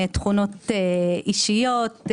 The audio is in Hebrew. תכונות אישיות,